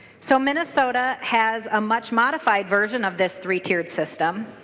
so minnesota has a much modified version of this three-tiered system.